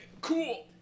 cool